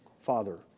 Father